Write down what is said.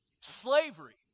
Slavery